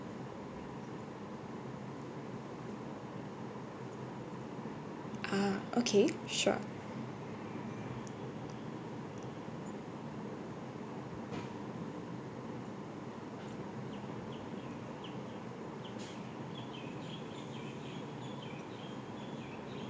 uh okay sure